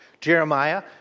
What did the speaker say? Jeremiah